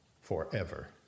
forever